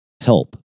help